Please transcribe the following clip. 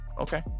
Okay